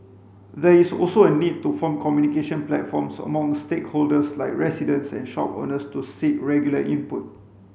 there is also a need to form communication platforms among stakeholders like residents and shop owners to seek regular input